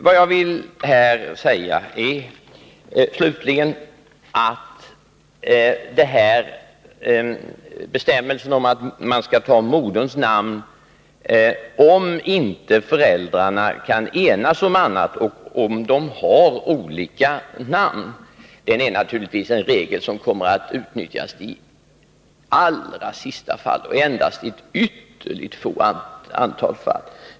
Vad jag slutligen vill säga är, att bestämmelsen om att barnet skall ta moderns namn, om inte föräldrarna kan enas om annat och om de har olika namn, naturligtvis är en regel som kommer att utnyttjas som allra sista utväg och endast i ytterligt få fall.